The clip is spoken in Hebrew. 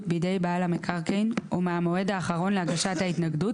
בידי בעל המקרקעין או מהמועד האחרון להגשת התנגדות,